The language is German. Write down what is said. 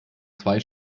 zwei